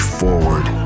forward